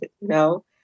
No